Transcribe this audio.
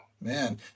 man